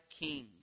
King